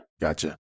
Gotcha